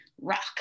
rock